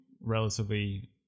relatively